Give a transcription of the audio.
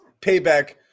payback